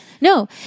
no